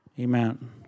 Amen